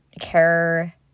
care